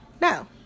no